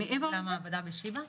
למעבדה בשיבא?